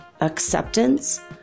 acceptance